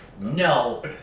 No